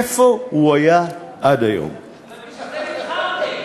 איפה הוא היה עד היום, אבל בשביל זה נבחרתם.